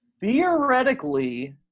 theoretically –